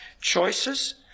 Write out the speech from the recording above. choices